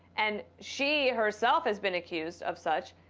and she, herself, has been accused of such.